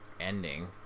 ending